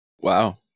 wow